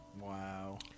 Wow